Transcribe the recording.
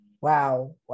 Wow